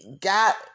got